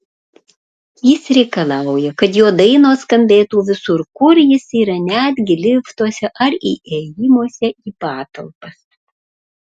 jis reikalauja kad jo dainos skambėtų visur kur jis yra netgi liftuose ar įėjimuose į patalpas